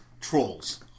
Trolls